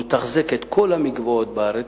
לתחזק את כל המקוואות בארץ,